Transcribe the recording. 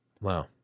Wow